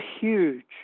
huge